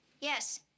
Yes